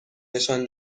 نشان